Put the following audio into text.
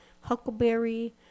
huckleberry